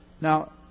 Now